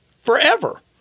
forever